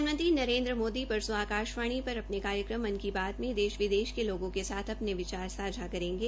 प्रधानमंत्री नरेन्द्र मोदी परसो आकाशवाणी पर अपने कार्यक्रम मन की बात में देश विदेश के लोगों के साथ अपने विचार सांझा करेंगे